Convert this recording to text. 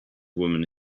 woman